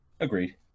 Agreed